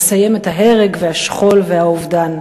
לסיים את ההרג והשכול והאובדן.